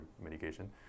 medication